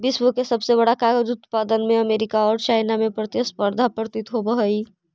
विश्व के सबसे बड़ा कागज उत्पादक में अमेरिका औउर चाइना में प्रतिस्पर्धा प्रतीत होवऽ हई